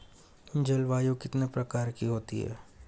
जलवायु कितने प्रकार की होती हैं?